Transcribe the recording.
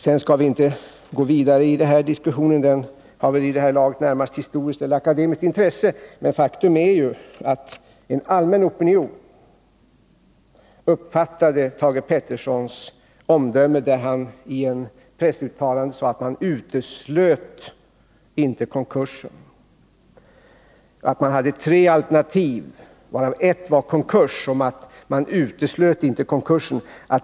Vi skall inte gå vidare i den här diskussionen — den har väl vid det här laget närmast historiskt och akademiskt intresse — men faktum är att man allmänt tog fasta på Thage Petersons omdöme i ett pressuttalande när han sade att 123 man hade tre alternativ, varav ett var konkurs, och att man inte uteslöt en konkurs.